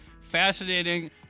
Fascinating